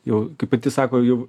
jau kaip pati sako jau